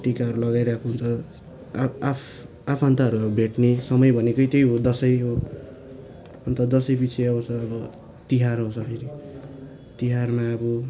टिकाहरू लगाइरहेको हुन्छ आफन्तहरू भेट्ने समय भनेकै त्यही हो दसैँ हो अन्त दसैँ पिछे आउँछ अब तिहार आउँछ फेरि तिहारमा अब